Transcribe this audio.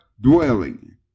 dwelling